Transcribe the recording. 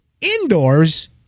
indoors